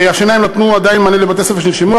ולכן השנה הם עדיין נותנים מענה כלשהו לבתי-ספר שביקשו להשתתף